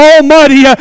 Almighty